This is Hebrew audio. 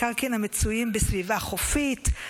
מקרקעין המצויים בסביבה חופית,